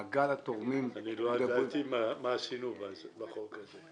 מעגל התורמים --- אני לא ידעתי מה עשינו בחוק הזה.